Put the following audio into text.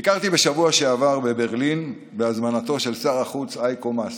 ביקרתי בשבוע שעבר בברלין בהזמנתו של שר החוץ הייקו מאס.